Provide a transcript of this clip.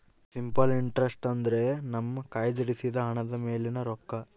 simple interest ಅಂದ್ರೆ ನಮ್ಮ ಕಯ್ದಿರಿಸಿದ ಹಣದ ಮೇಲಿನ ರೊಕ್ಕ